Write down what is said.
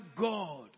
God